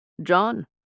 John